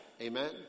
Amen